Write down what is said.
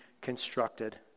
constructed